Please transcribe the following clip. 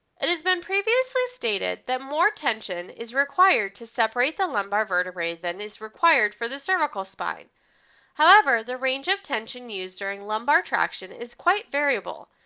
it has been previously stated that more tension is required to separate the lumbar vertebrae than is required for the cervical spine however, the range of tension used during lumbar traction is quite variable,